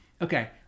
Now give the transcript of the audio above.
okay